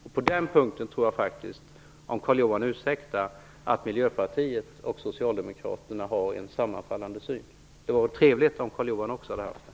Om Carl-Johan Wilson ursäktar tror jag faktisk att Miljöpartiet och Socialdemokraterna har en sammanfallande syn på den punkten. Det hade varit trevligt om Carl-Johan Wilson också hade haft det.